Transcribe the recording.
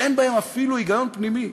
שאין בהם אפילו היגיון פנימי.